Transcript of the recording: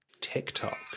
TikTok